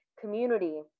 community